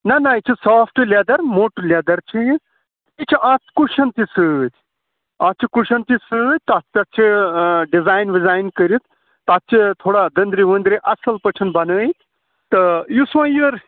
نہَ نہَ یہِ چھِ سافٹہٕ لٮ۪دَر موٚٹ لٮ۪دَر چھِ یہِ یہِ چھِ اَتھ کُشَن تہِ سۭتۍ اَتھ چھِ کُشَن تہِ سۭتۍ تَتھ پٮ۪ٹھ چھِ ڈِزایِن وِزایِن کٔرِتھ تَتھ چھِ تھوڑا دٔنٛدرِ ؤنٛدرِ اَصٕل پٲٹھۍ بَنٲوِتھ تہٕ یُس وۅنۍ یہِ